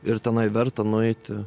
ir tenai verta nueiti